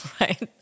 right